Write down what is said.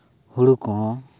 ᱦᱩᱲᱩ ᱠᱚᱦᱚᱸ